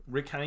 Rick